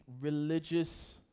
religious